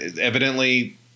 evidently